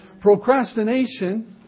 Procrastination